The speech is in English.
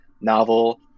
novel